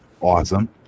Awesome